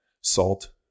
salt